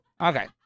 Okay